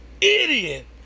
Idiot